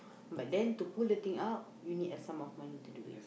but then to pull the thing out you need a sum of money to do it